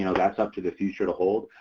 you know that's up to the future to hold,